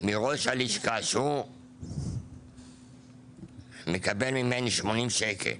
מראש הלשכה שהוא מקבל ממני 80 שקלים